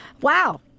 Wow